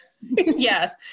yes